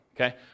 Okay